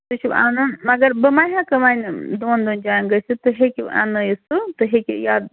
تُہۍ چھِو اَن مگر بہٕ ما ہٮ۪کہٕ وَنۍ دۄن دۄن جاین گٔژھِتھ تُہۍ ہیٚکو اَننٲیِتھ تُہۍ ہیٚکِو یا